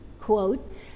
quote